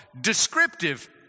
Descriptive